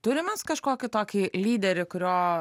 turim mes kažkokį tokį lyderį kurio